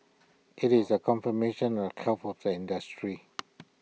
IT is A confirmation of health of the industry